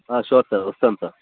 sure sir వస్తాను sir